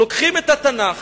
לוקחים את התנ"ך,